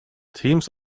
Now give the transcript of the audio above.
teams